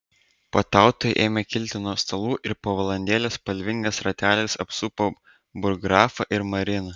puotautojai ėmė kilti nuo stalų ir po valandėlės spalvingas ratelis apsupo burggrafą ir mariną